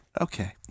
Okay